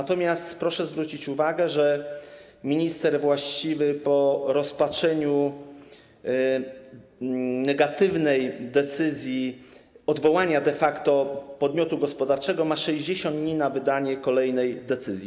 Natomiast proszę zwrócić uwagę, że minister właściwy po rozpatrzeniu negatywnej decyzji, odwołania de facto podmiotu gospodarczego, ma 60 dni na wydanie kolejnej decyzji.